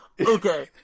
Okay